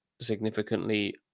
significantly